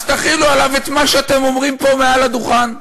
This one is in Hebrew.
אז תחילו עליו את מה שאתם אומרים פה, מעל לדוכן: